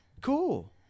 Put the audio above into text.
Cool